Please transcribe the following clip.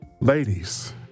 Ladies